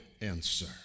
answer